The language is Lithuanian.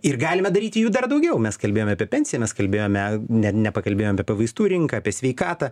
ir galime daryti jų dar daugiau mes kalbėjome apie pensiją mes kalbėjome ne nepakalbėjom apie vaistų rinką apie sveikatą